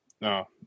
No